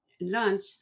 lunch